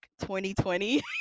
2020